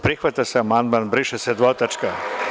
Prihvata se amandman „briše se dvotačka“